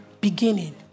beginning